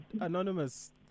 Anonymous